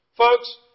Folks